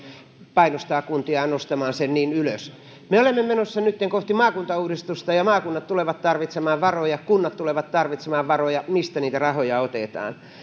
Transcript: painostaa kuntia nostamaan sen niin ylös me olemme menossa nytten kohti maakuntauudistusta ja ja maakunnat tulevat tarvitsemaan varoja kunnat tulevat tarvitsemaan varoja mistä niitä rahoja otetaan